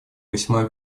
весьма